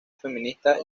feminista